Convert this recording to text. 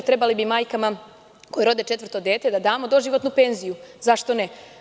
Trebalo bi majkama koje rode četvrto dete, da damo doživotnu penziju, zašto ne?